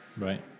Right